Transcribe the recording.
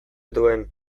duen